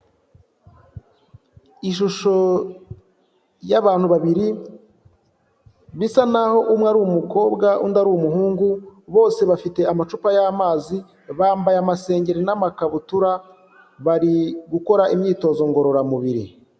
Ishusho y'abantu babiri bisa naho umwe ari umukobwa, undi ari umuhungu, bose bafite amacupa y'amazi bambaye amasengeri n'amakabutura, bari gukora imyitozo ngororamubiri.